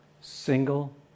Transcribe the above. single